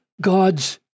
God's